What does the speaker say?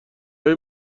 های